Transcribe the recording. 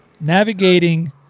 navigating